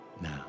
now